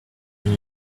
been